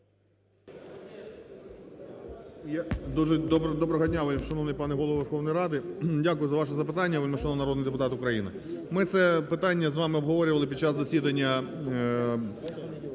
Доброго дня, вельмишановний Голово Верховної Ради! Дякую за ваше запитання, вельмишановний народний депутат України. Ми це питання з вами обговорювали під час засідання